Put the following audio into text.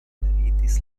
meritis